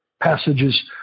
passages